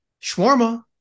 shawarma